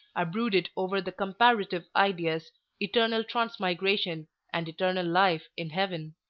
i brooded over the comparative ideas eternal transmigration and eternal life in heaven.